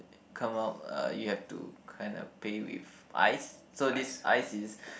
come out uh you have to kind of pay with ice so this ice is